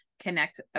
connect